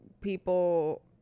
people